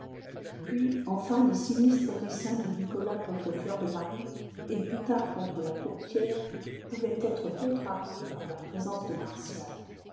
puis enfin les sinistres desseins de nicolas contre fleur de marie et plus tard contre la courtière pouvaient être contrariés par la présence de martial